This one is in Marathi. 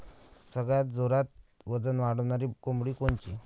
सगळ्यात जोरात वजन वाढणारी कोंबडी कोनची?